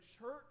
church